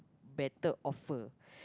better offer